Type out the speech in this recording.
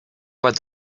about